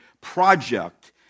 project